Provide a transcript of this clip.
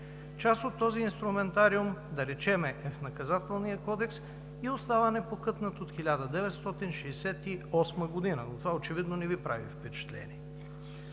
Част от този инструментариум, да речем, е в Наказателния кодекс и остава непокътнат от 1968 г. Но това очевидно не Ви прави впечатление.